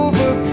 Over